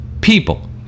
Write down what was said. People